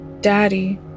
Daddy